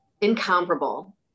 incomparable